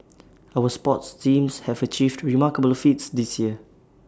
our sports teams have achieved remarkable feats this year